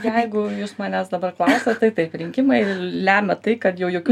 jeigu jūs manęs dabar klausiat tai taip rinkimai lemia tai kad jau jokių